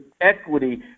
equity